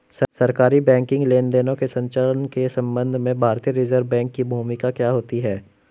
सरकारी बैंकिंग लेनदेनों के संचालन के संबंध में भारतीय रिज़र्व बैंक की भूमिका क्या होती है?